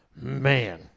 Man